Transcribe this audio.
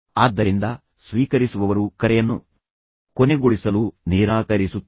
ಆದ್ದರಿಂದ ಸ್ವೀಕರಿಸುವವರು ಕರೆಯನ್ನು ಕೊನೆಗೊಳಿಸಲು ನಿರಾಕರಿಸುತ್ತಾರೆ